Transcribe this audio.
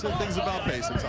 the things about basic,